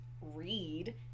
read